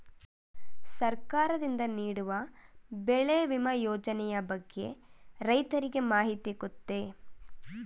ಸರ್ಕಾರದಿಂದ ನೀಡುವ ಬೆಳೆ ವಿಮಾ ಯೋಜನೆಯ ಬಗ್ಗೆ ರೈತರಿಗೆ ಮಾಹಿತಿ ಗೊತ್ತೇ?